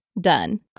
done